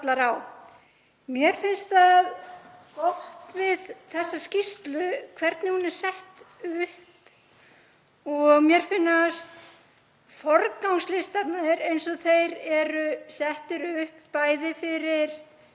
Mér finnst það gott við þessa skýrslu hvernig hún er sett upp og mér finnast forgangslistarnir eins og þeir eru settir upp, bæði fyrir